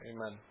Amen